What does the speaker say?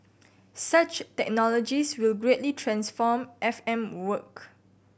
such technologies will greatly transform F M work